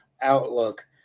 outlook